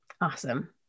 Awesome